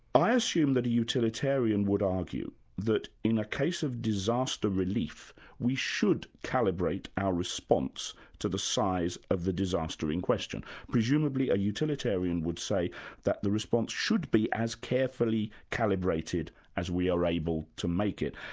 i assume that a utilitarian would argue that in a case of disaster relief we should calibrate our response to the size of the disaster in question. presumably a utilitarian would say that the response should be as carefully calibrated as we are able to make it.